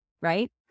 right